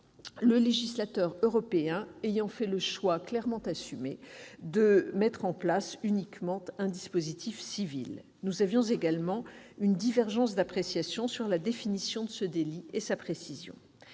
le législateur européen ayant fait le choix, clairement assumé, d'un dispositif uniquement civil. Nous avions également une divergence d'appréciation sur la définition de ce délit et sa précision.